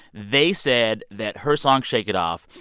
they said that her song, shake it off,